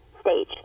stage